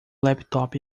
laptop